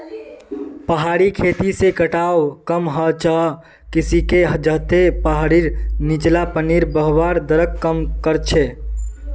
पहाड़ी खेती से कटाव कम ह छ किसेकी छतें पहाड़ीर नीचला पानीर बहवार दरक कम कर छे